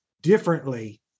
differently